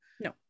no